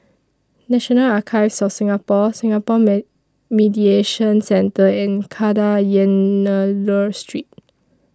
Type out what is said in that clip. National Archives of Singapore Singapore May Mediation Centre and Kadayanallur Street